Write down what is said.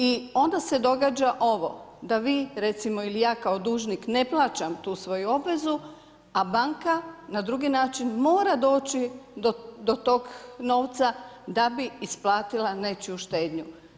I onda se događa ovo, da vi recimo, ili ja kao dužnik ne plaćam tu svoju obvezu, a banka na drugi način, mora doći do tog novca da bi isplatila nečiju štednju.